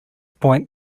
point